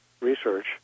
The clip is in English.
research